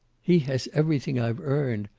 he has everything i've earned.